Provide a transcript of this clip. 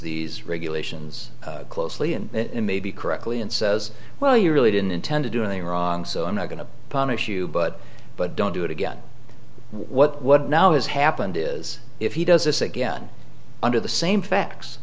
these regulations closely and maybe correctly and says well you really didn't intend to do anything wrong so i'm not going to punish you but but don't do it again what now has happened is if he does this again under the same facts